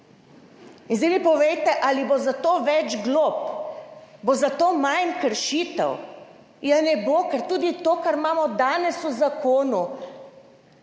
In zdaj mi povejte, ali bo za to več glob? Bo za to manj kršitev? Ja, ne bo. Ker tudi to, kar imamo danes v zakonu